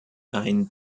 ein